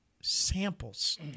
samples